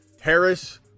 Harris